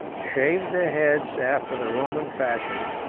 shaved their heads after the roman fashion,